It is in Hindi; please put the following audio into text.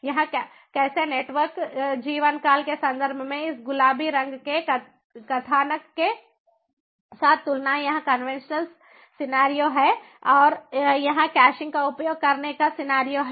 यह कैसे नेटवर्क जीवनकाल के संदर्भ में इस गुलाबी रंग के कथानक के साथ तुलना यहाँ कन्वेंशनल सिनेरियो है और यहां कैशिंग का उपयोग करने का सिनेरियो है